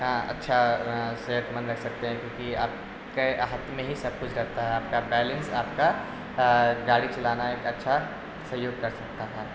اچھا صحت مند رکھ سکتے ہیں کیونکہ آپ کے ہت میں ہی سب کچھ رکھتا ہے آپ کا بیلنس آپ کا گاڑی چلانا ایک اچھا سہیوگ کر سکتا ہے